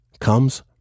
comes